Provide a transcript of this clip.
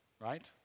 right